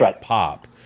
pop